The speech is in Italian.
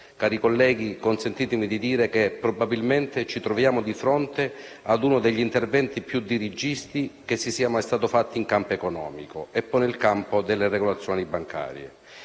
Cari colleghi, consentitemi di dire che probabilmente ci troviamo di fronte ad uno degli interventi più dirigisti che sia mai stato fatto in campo economico e nel campo della regolazione bancaria.